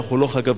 אנחנו לא חגבים,